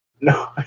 no